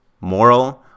moral